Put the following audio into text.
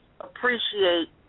appreciate